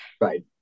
Right